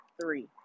three